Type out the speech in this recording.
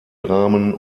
dramen